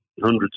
hundreds